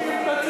איפה הממשלות?